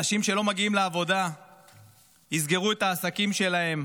אנשים שלא מגיעים לעבודה יסגרו את העסקים שלהם